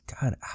God